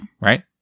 Right